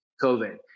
COVID